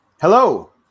Hello